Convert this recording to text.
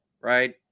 right